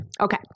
Okay